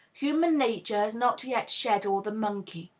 human nature has not yet shed all the monkey.